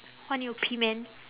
I need to pee man